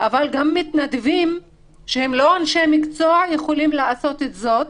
אבל גם מתנדבים שהם לא אנשי מקצוע יכולים לעשות את זה.